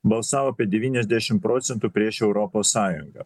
balsavo apie devyniasdešim procentų prieš europos sąjungą